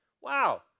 wow